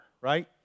right